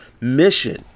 mission